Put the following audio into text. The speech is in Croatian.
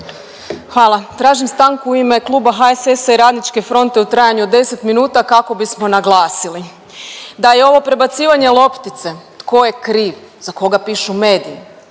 Hvala. Tražim stanku u ime kluba HSS-a i RF-a u trajanju od 10 minuta kako bismo naglasili da je ovo prebacivanje loptice tko je kriv, za koga pišu mediji